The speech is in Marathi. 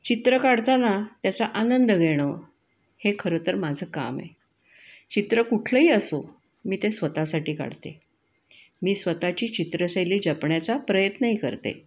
चित्र काढताना त्याचा आनंद घेणं हे खरंतर माझं काम आहे चित्र कुठलंही असो मी ते स्वतःसाठी काढते मी स्वतःची चित्रशैली जपण्याचा प्रयत्नही करते